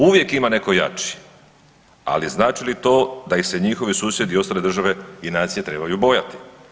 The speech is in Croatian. Uvijek ima netko jači, ali znači li to da ih se njihovi susjedi i ostale države i nacije trebaju bojati?